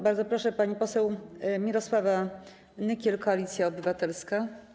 Bardzo proszę, pani poseł Mirosława Nykiel, Koalicja Obywatelska.